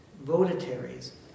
votaries